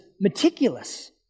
meticulous